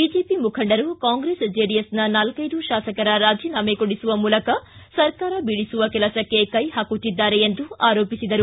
BJP ಮುಖಂಡರು ಕಾಂಗ್ರೆಸ್ ಜೆಡಿಎಸ್ನ ನಾಲ್ಟೆದು ಶಾಸಕರ ರಾಜೀನಾಮ ಕೊಡಿಸುವ ಮೂಲಕ ಸರ್ಕಾರ ಬೀಳಿಸುವ ಕೆಲಸಕ್ಕೆ ಕೈ ಹಾಕುತ್ತಿದ್ದಾರೆ ಎಂದು ಆರೋಪಿಸಿದರು